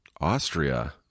Austria